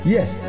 Yes